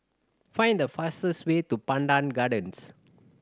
find the fastest way to Pandan Gardens